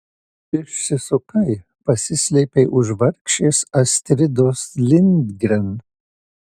išsisukai pasislėpei už vargšės astridos lindgren